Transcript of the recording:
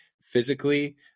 physically